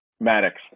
Maddox